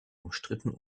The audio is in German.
umstritten